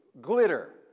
glitter